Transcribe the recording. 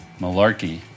Malarkey